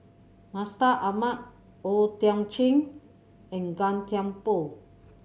Mustaq Ahmad O Thiam Chin and Gan Thiam Poh